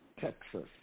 Texas